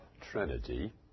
Trinity